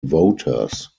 voters